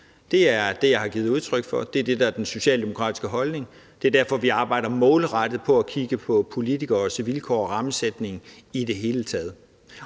Det er det, jeg har givet udtryk for. Det er det, der er den socialdemokratiske holdning. Det er derfor, vi arbejder målrettet for at kigge på politikeres vilkår og rammesætning i det hele taget.